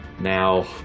now